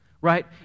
right